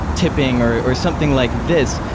tipping or or something like this,